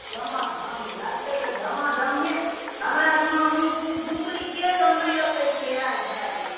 झमा झम लगतै तऽ झमा झम्मे हमरा जिमामे ओ डुप्लिकेट हम नहि रखै छियै वएह झमैल बला